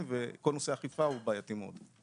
וכל נושא האכיפה הוא בעייתי מאוד.